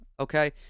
Okay